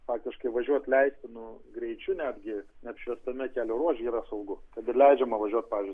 faktiškai važiuot leistinu greičiu netgi neapšviestame kelio ruože yra saugu kad ir leidžiama važiuot įpavyzdžiui